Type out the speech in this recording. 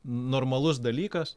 normalus dalykas